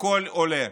הכול עולה.